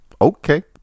Okay